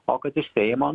o kad iš seimo